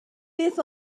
beth